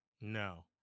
no